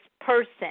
person